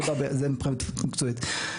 זה מבחינה מקצועית.